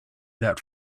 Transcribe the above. that